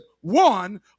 one